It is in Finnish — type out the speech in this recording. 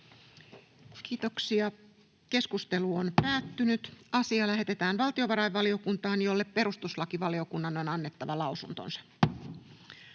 3. asia. Puhemiesneuvosto ehdottaa, että asia lähetetään valtiovarainvaliokuntaan, jolle perustuslakivaliokunnan on annettava lausunto.